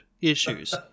issues